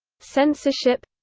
censorship